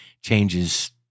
changes